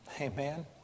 Amen